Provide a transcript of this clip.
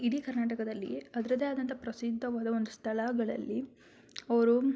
ಇಡೀ ಕರ್ನಾಟಕದಲ್ಲಿ ಅದ್ರದ್ದೆ ಆದಂಥ ಪ್ರಸಿದ್ಧವಾದ ಒಂದು ಸ್ಥಳಗಳಲ್ಲಿ ಅವರು